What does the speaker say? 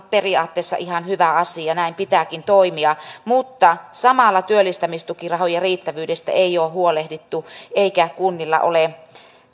periaatteessa ihan hyvä asia näin pitääkin toimia mutta samalla työllistämistukirahojen riittävyydestä ei ole huolehdittu eikä kunnilla ole